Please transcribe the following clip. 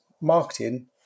marketing